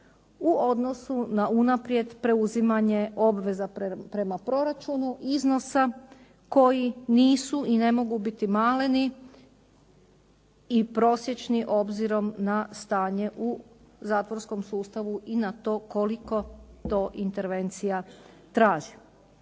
u odnosu na unaprijed preuzimanje obveza prema proračunu, iznosa koji nisu i ne mogu biti maleni i prosječni obzirom na stanje u zatvorskom sustavu i na to koliko to intervencija traži.